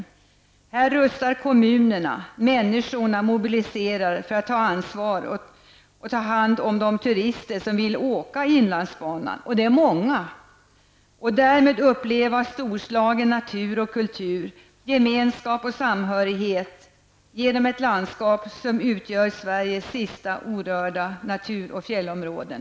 Kommunerna rustar och människorna mobiliserar för att ta ansvar för och ta hand om de många turister som vill åka på inlandsbanan och därmed uppleva storslagen natur och kultur, gemenskap och samhörighet genom ett landskap som utgör Sveriges sista orörda natur och fjällområden.